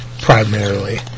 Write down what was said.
primarily